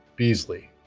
beasley